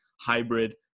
hybrid